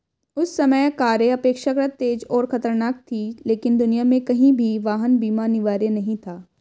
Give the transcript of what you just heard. उस समय कारें अपेक्षाकृत तेज और खतरनाक थीं, लेकिन दुनिया में कहीं भी वाहन बीमा अनिवार्य नहीं था